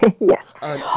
Yes